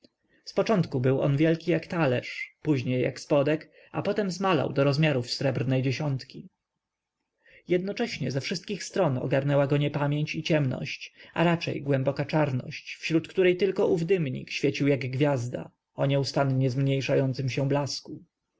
dymnik zpoczątku był on wielki jak talerz później jak spodek a potem zmalał do rozmiarów srebrnej dziesiątki jednocześnie ze wszystkich stron ogarnęła go niepamięć i ciemność a raczej głęboka czarność wśród której tylko ów dymnik świecił jak gwiazda o nieustannie zmniejszającym się blasku